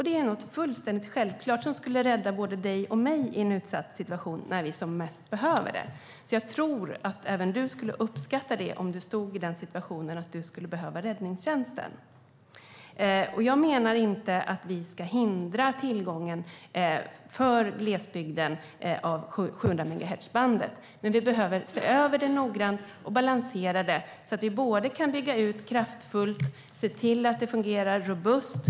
Detta är fullständigt självklart och något som skulle rädda både dig och mig i en utsatt situation och när vi som mest behöver det, Anders Åkesson. Jag tror att även du skulle uppskatta detta om du befann dig i en situation där du behöver räddningstjänsten. Jag menar inte att vi ska hindra tillgången till 700-megahertzbandet för glesbygden, men vi behöver se över detta noggrant och balansera det. Vi måste kunna göra en kraftfull utbyggnad och se till att allt fungerar robust.